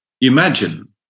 imagine